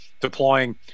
deploying